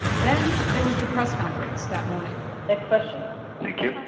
then there was the press conference that morning next question thank you